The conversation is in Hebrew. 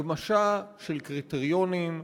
הגמשה של קריטריונים,